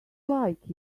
like